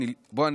בוא,